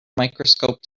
microscope